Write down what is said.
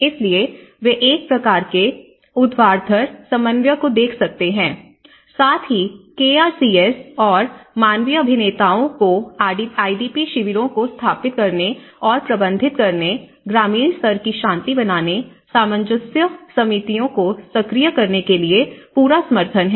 इसलिए वे एक प्रकार के ऊर्ध्वाधर समन्वय को देख सकते हैं साथ ही एआरसीएस और मानवीय अभिनेताओं को आईडीपी शिविरों को स्थापित करने और प्रबंधित करने ग्रामीण स्तर की शांति बनाने सामंजस्य समितियों को सक्रिय करने के लिए पूरा समर्थन है